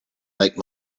make